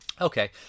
Okay